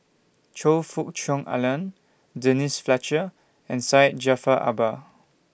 Choe Fook Cheong Alan Denise Fletcher and Syed Jaafar Albar